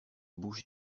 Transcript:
bouches